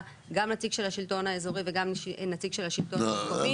גם נציג של השלטון האזורי וגם נציג של השלטון המקומי.